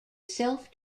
self